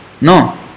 no